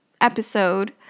episode